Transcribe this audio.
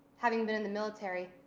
having been in the military,